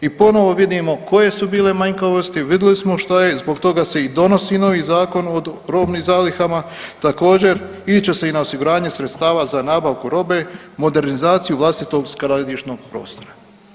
I ponovo vidimo koje su bile manjkavosti, vidjeli smo što je zbog toga se i donosi novi zakon o robnim zalihama, također iće se i na osiguranje sredstva za nabavku robe, modernizaciju vlastitog skladišnog prostora.